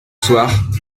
soir